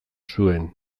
zuen